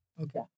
Okay